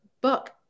book